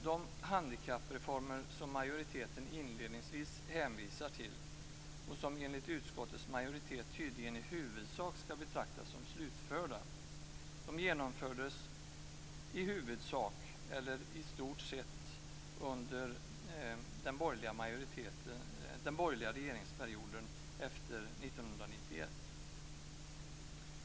De handikappreformer som majoriteten inledningsvis hänvisar till, och som enligt utskottets majoritet tydligen i huvudsak skall betraktas som slutförda, genomfördes i huvudsak under den borgerliga regeringsperioden efter 1991.